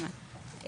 מתוך פניות,